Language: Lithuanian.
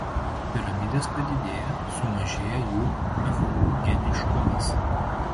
piramidės padidėja sumažėja jų echogeniškumas